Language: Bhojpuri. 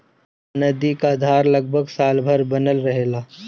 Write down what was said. नदी क धार लगभग साल भर बनल रहेला